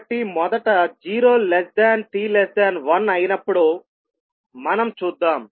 కాబట్టి మొదట 0t1 అయినప్పుడు మనం చూద్దాం